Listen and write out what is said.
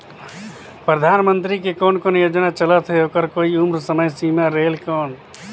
परधानमंतरी के कोन कोन योजना चलत हे ओकर कोई उम्र समय सीमा रेहेल कौन?